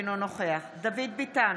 אינו נוכח דוד ביטן,